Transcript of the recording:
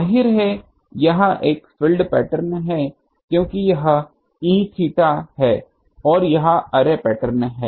जाहिर है यह एक फ़ील्ड पैटर्न है क्योंकि यह Eθ है और यह अर्रे पैटर्न है